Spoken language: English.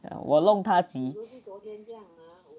啊我弄他急